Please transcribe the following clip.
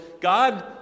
God